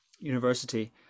University